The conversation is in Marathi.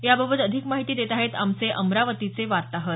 याबाबत अधिक माहिती देत आहेत आमचे अमरावतीचे वार्ताहर